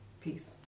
Peace